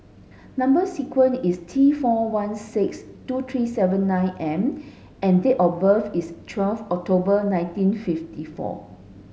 number sequence is T four one six two three seven nine M and date of birth is twelve October nineteen fifty four